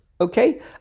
Okay